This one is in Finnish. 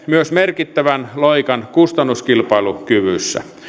myös merkittävän loikan kustannuskilpailukyvyssä